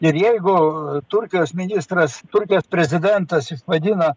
ir jeigu turkijos ministras turkijos prezidentas jis vadina